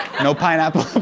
no pineapple